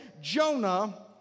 Jonah